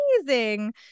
amazing